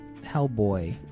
Hellboy